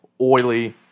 oily